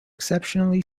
exceptionally